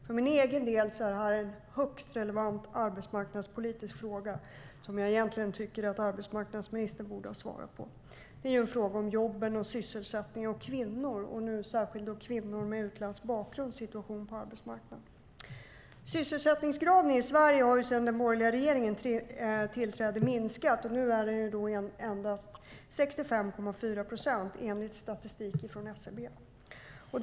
För min egen del är detta en högst relevant arbetsmarknadspolitisk fråga som jag egentligen tycker att arbetsmarknadsministern borde ha svarat på. Det är ju en fråga om jobb, sysselsättning och kvinnor, och nu särskilt situationen på arbetsmarknaden för kvinnor med utländsk bakgrund. Sysselsättningsgraden i Sverige har minskat sedan den borgerliga regeringen tillträdde, och nu är den endast 65,4 procent enligt statistik från SCB.